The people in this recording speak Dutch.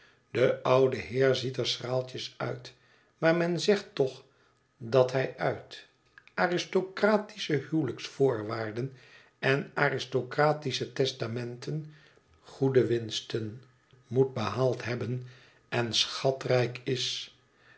de oude heer ziet er schraaltjes uit maar men zegt toch dat hij uit aristocratische huwelijksvoorwaarden en aristocratische testamenten goede winsten moet behaald hebben en schatrijk is